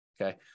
Okay